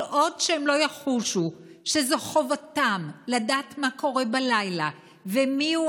כל עוד הם לא יחושו שזו חובתם לדעת מה קורה בלילה ומיהו